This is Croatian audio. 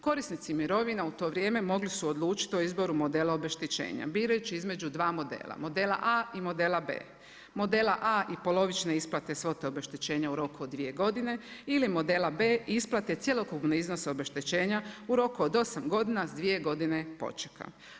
Korisnici mirovina u to vrijeme mogli su odlučiti o izboru modela obeštećenja birajući između dva modela, modela A i modela B. Modela A i polovične isplate svote obeštećenja u roku od dvije godine ili modela B isplate cjelokupnog iznosa obeštećenja u roku od 8 godina s dvije godine počeka.